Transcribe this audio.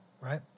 right